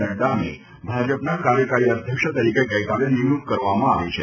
નડ્ડાની ભાજપના કાર્યકારી અધ્યક્ષ તરીકે ગઇકાલે નિમણુંક કરવામાં આવી છે